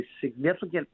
significant